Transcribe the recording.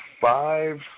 five